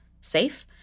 safe